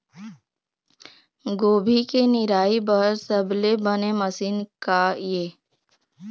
गोभी के निराई बर सबले बने मशीन का ये?